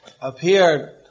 appeared